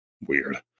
weird